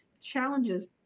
challenges